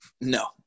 No